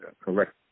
correct